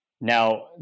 Now